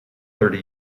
thirty